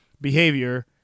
behavior